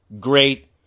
great